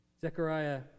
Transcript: Zechariah